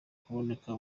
kuboneka